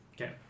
Okay